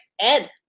Ed